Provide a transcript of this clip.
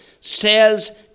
says